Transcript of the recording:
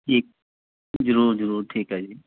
ਜੀ ਜ਼ਰੂਰ ਜ਼ਰੂਰ ਠੀਕ ਹੈ ਜੀ